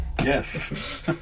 Yes